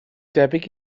debyg